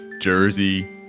Jersey